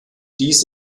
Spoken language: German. dies